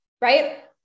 right